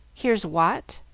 here's watt,